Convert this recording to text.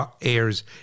airs